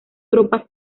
tropas